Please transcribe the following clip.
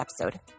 episode